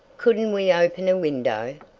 couldn't we open a window?